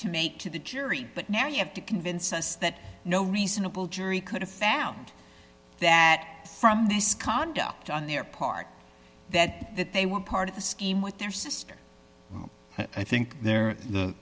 to make to the jury but now you have to convince us that no reasonable jury could have found that from this scada on their part that that they were part of the scheme with their sister i think they're